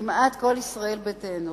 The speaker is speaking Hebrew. וכמעט כל ישראל ביתנו.